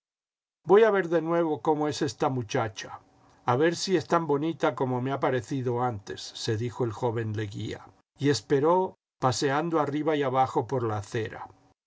voy a ver de nuevo cómo es esta muchacha a ver si es tan bonita como me ha parecido antes se dijo el joven leguía y esperó paseando arriba y abajo por la acera